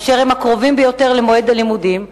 אשר הם הקרובים ביותר למועד הלימודים,